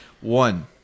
One